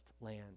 land